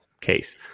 case